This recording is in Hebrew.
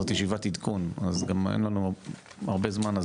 זאת ישיבת עדכון אז גם אין לנו הרבה זמן,